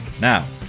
Now